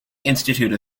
institute